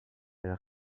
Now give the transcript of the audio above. elle